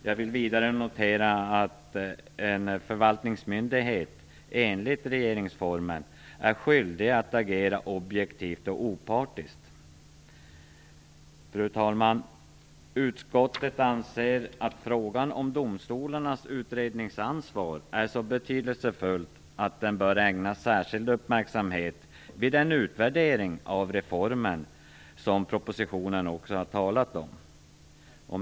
Jag vill vidare notera att en förvaltningsmyndighet enligt regeringsformen är skyldig att agera objektivt och opartiskt. Fru talman! Utskottet anser att frågan om domstolarnas utredningsansvar är så betydelsefull att den bör ägnas särskild uppmärksamhet vid den utvärdering av reformen som det också talas om i propositionen.